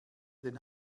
den